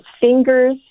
fingers